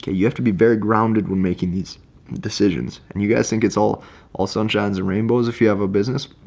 you have to be very grounded when making these decisions. and you guys think it's all all sunshine and rainbows if you have a business.